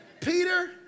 Peter